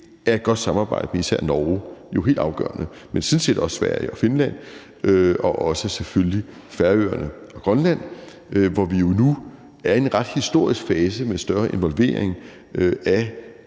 er et godt samarbejde med især Norge jo helt afgørende, men sådan set også Sverige og Finland, og selvfølgelig også Færøerne og Grønland, hvor vi jo nu er i en ret historisk fase med større involvering af